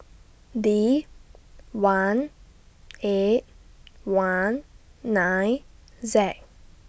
D one eight one nine Z